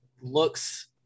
looks